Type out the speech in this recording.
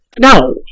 no